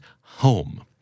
home